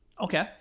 Okay